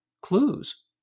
clues